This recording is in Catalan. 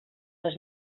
les